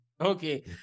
Okay